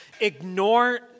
ignore